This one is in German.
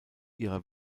ihrer